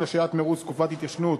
השעיית מירוץ תקופת ההתיישנות),